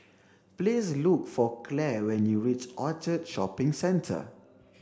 please look for Claire when you reach Orchard Shopping Centre